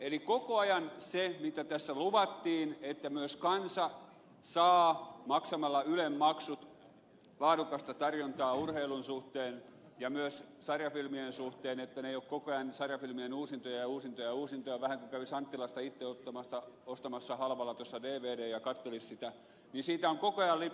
eli koko ajan siitä mitä tässä luvattiin että myös kansa saa maksamalla ylen maksut laadukasta tarjontaa urheilun suhteen ja myös sarjafilmien suhteen että ne eivät ole koko ajan sarjafilmien uusintoja ja uusintoja ja uusintoja vähän kuin kävisi anttilasta itse ostamassa halvalla dvdn ja katselisi sitä on koko ajan lipsuttu